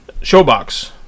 Showbox